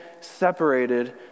separated